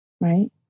right